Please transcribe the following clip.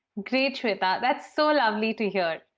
great, shweta, that's so lovely to hear.